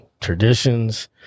traditions